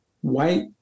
White